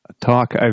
talk